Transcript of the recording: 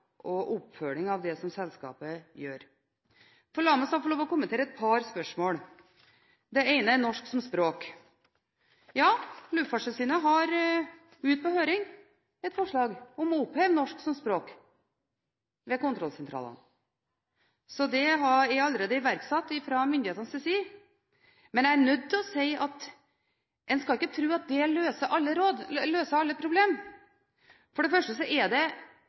oppfølging av det som selskapet gjør. La meg så få lov å kommentere et par spørsmål. Det ene er norsk som språk. Luftfartstilsynet har ute på høring et forslag om å oppheve norsk som språk ved kontrollsentralene, så det er allerede iverksatt fra myndighetenes side. Men jeg er nødt til å si at en skal ikke tro at det løser alle problemer. For det første er det fortsatt sånn, selv om du opphever norsk som kvalifikasjon ved kontrollsentralene, at utdanningskravet er